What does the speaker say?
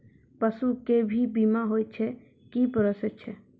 पसु के भी बीमा होय छै, की प्रोसेस छै?